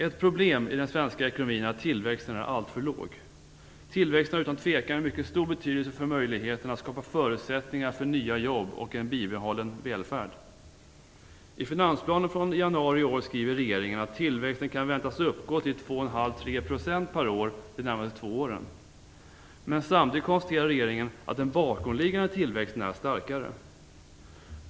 Ett problem i den svenska ekonomin är att tillväxten är alltför låg. Tillväxten har utan tvekan en mycket stor betydelse för möjligheten att skapa förutsättningar för nya jobb och en bibehållen välfärd. I finansplanen från januari i år skriver regeringen att tillväxten kan väntas uppgå till 2,5-3 % per år de närmaste två åren. Men samtidigt konstaterar regeringen att den bakomliggande tillväxten är starkare.